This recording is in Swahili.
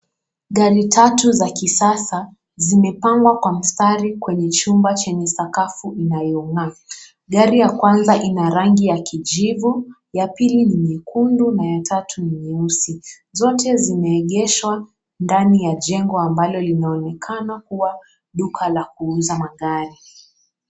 Gari tatu za kisasa zimepangwa kwa mstari kwenye chumba chenye sakafu inayong'aa, gari ya kwanza ina rangi ya kijivu, ya pili ni nyekundu na ya tatu ni nyeusi, zote zimeegeshwa ndani ya jengo ambalo linaonekana kuwa duka la kuuza magari.